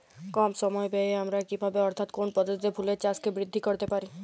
কম সময় ব্যায়ে আমরা কি ভাবে অর্থাৎ কোন পদ্ধতিতে ফুলের চাষকে বৃদ্ধি করতে পারি?